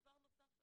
דבר נוסף,